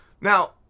Now